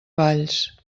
valls